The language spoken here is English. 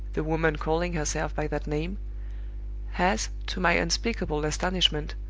the woman calling herself by that name has, to my unspeakable astonishment,